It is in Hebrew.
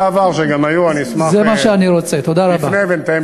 אגב, היו ח"כים בעבר שגם באו.